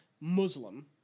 Muslim